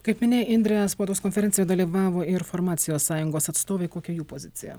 kaip minėjai indrė spaudos konferencijoje dalyvavo ir farmacijos sąjungos atstovai kokia jų pozicija